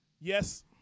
yes